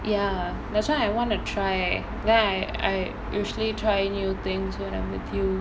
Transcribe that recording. ya that's why I want to try then I I usually try new things when I'm with you